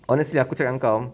honestly aku cakap dengan kau